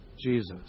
Jesus